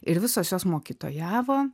ir visos jos mokytojavo